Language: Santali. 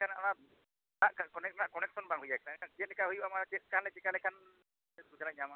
ᱮᱱᱠᱷᱟᱱ ᱫᱟᱜ ᱨᱮᱱᱟᱜ ᱠᱚᱱᱮᱠᱥᱚᱱ ᱵᱟᱝ ᱦᱩᱭ ᱟᱠᱟᱱᱟ ᱮᱱᱠᱷᱟᱱ ᱪᱮᱫ ᱞᱮᱠᱟ ᱦᱩᱭᱩᱜᱼᱟ ᱢᱟᱱᱮ ᱪᱮᱫ ᱪᱤᱠᱟᱹ ᱞᱮᱠᱷᱟᱱ ᱥᱩᱵᱤᱫᱷᱟ ᱞᱮ ᱧᱟᱢᱟ